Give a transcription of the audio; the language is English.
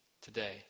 today